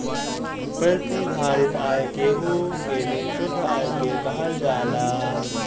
प्रतिधारित आय केहू के भी शुद्ध आय के कहल जाला